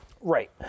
Right